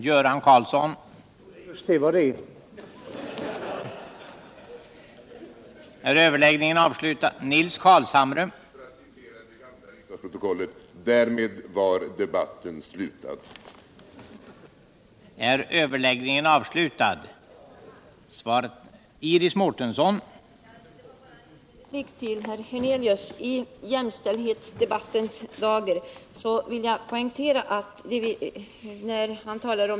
Herr talman! För att citera det gamla riksdagsprotokollet: Därmed var debatten slutad.